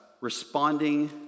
responding